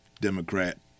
Democrat